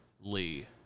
Lee